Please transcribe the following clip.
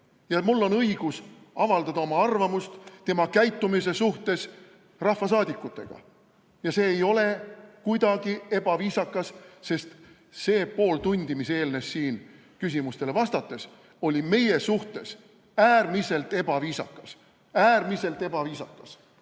ja mul on õigus avaldada oma arvamust tema käitumise kohta rahvasaadikutega. See ei ole kuidagi ebaviisakas, sest see pool tundi, mis möödus siin küsimustele vastates, oli meie suhtes äärmiselt ebaviisakas. Äärmiselt ebaviisakas! Nii.